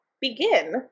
begin